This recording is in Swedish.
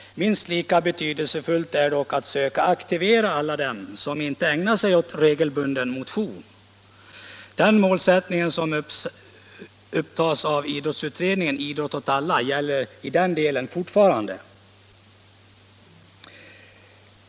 Minst lika betydelsefullt är dock att söka aktivera alla dem som inte ägnar sig åt regelbunden idrott. Den målsättning som uppsatts av idrottsutredningen Idrott åt alla gäller i den delen fortfarande.